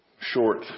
short